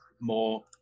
more